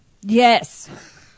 Yes